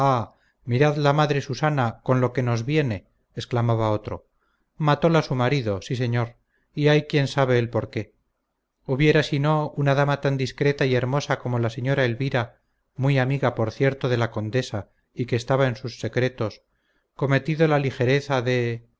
mirad la madre susana con lo que nos viene exclamaba otro matóla su marido sí señor y hay quien sabe el porqué hubiera si no una dama tan discreta y hermosa como la señora elvira muy amiga por cierto de la condesa y que estaba en sus secretos cometido la ligereza de